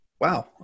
wow